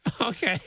Okay